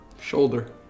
Shoulder